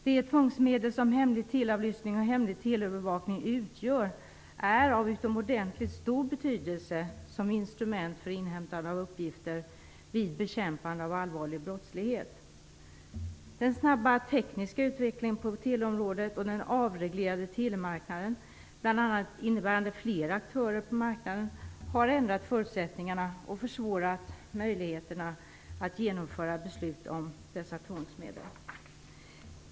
De tvångsmedel som hemlig teleavlyssning och hemlig teleövervakning utgör är av utomordentligt stor betydelse som instrument för inhämtande av uppgifter vid bekämpande av allvarlig brottslighet. Den snabba tekniska utvecklingen på teleområdet och den avreglerade telemarknaden, bl.a. innebärande fler aktörer på marknaden, har ändrat förutsättningarna och försvårat möjligheterna att genomföra beslut om dessa tvångsmedel.